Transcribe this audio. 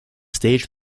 stage